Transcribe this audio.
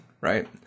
right